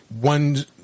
one